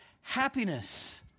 happiness